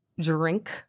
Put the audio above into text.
drink